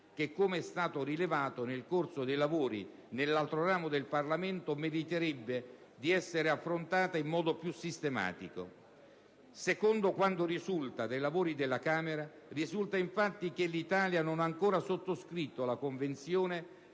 che, come è stato rilevato nel corso dei lavori nell'altro ramo del Parlamento, meriterebbe di essere affrontata in modo più sistematico. Dai lavori della Camera risulta infatti che l'Italia non ha ancora sottoscritto la Convenzione